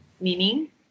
meaning